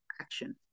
action